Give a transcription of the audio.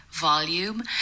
volume